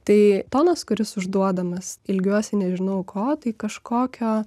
tai tonas kuris užduodamas ilgiuosi nežinau ko tai kažkokio